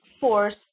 force